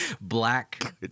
black